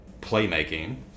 playmaking